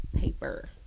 paper